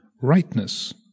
rightness